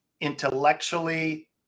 intellectually